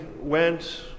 went